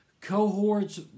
cohorts